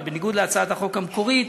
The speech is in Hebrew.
אבל בניגוד להצעת החוק המקורית,